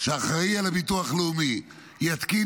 שאחראי על הביטוח הלאומי, יתקין